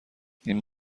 ایمان